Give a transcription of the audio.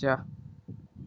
जा